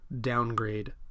downgrade